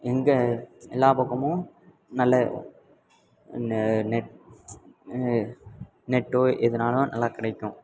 எங்கே எல்லா பக்கமும் நல்ல நெ நெட் நெட்டோ எதுனாலும் நல்லா கிடைக்கும்